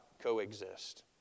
coexist